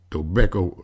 Tobacco